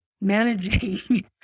managing